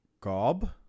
Gob